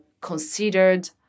considered